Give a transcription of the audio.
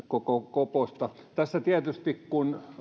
koposta tässä tietysti kun